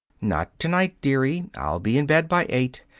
not to-night, dearie. i'll be in bed by eight.